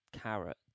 carrot